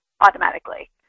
automatically